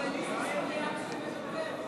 אבל ניסן סלומינסקי מוותר.